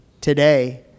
Today